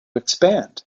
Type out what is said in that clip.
expand